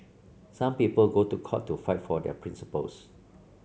some people go to court to fight for their principles